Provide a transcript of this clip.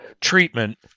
treatment